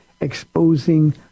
exposing